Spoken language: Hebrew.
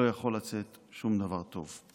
לא יכול לצאת שום דבר טוב.